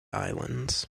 islands